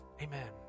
Amen